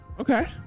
Okay